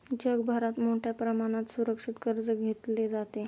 जगभरात मोठ्या प्रमाणात सुरक्षित कर्ज घेतले जाते